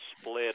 split